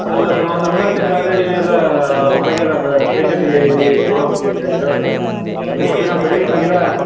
ಅಲ್ಲ ಸರ್ ನಾನು ಒಂದು ಅರ್ಧ ಗಂಟೆ ಕಾಯ್ದೆ ನೀವು ಎಲ್ಲೋ ಹೊರಗೆಲ್ಲೋ ಅದು ಪೇಶಂಟ್ಗೆ ನೋಡೋಕೆ ಹೋಗ್ತಿದ್ದೆ ಇದರಾಗೆ ಹೊಟ್ಟೆ ನೋವು ತಡಿಲಿಕ್ಕೆ ಆಗಿಲ್ಲ